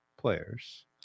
players